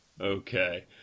Okay